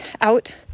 out